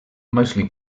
mostly